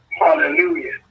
Hallelujah